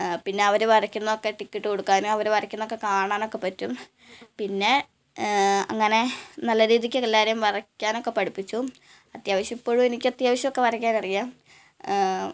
പിന്നെ അവർ വരയ്ക്കുന്നതൊക്കെ ടിക്ക് ഇട്ട് കൊടുക്കാൻ അവർ വരയ്ക്കുന്നതൊക്കെ കാണാനൊക്കെ പറ്റും പിന്നെ അങ്ങനെ നല്ല രീതിക്ക് എല്ലാവരെയും വരയ്ക്കാനൊക്കെ പഠിപ്പിച്ചു അത്യാവശ്യം ഇപ്പോഴും എനിക്ക് അത്യാവശ്യമൊക്കെ വരയ്ക്കാനറിയാം